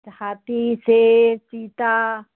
हाथी शेर चीता